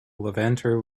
levanter